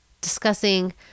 discussing